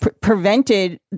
prevented